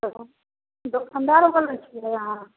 hello दोकनदार बोलै छिए अहाँ